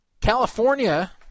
California